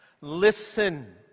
Listen